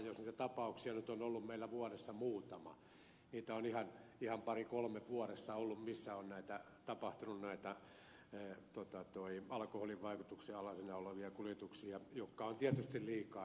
jos niitä tapauksia nyt on ollut meillä vuodessa muutama ihan pari kolme vuodessa missä on tapahtunut näitä alkoholin vaikutuksen alaisena olevia kuljetuksia jotka ovat tietysti liikaa ne kaikki